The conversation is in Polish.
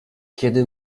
kiedy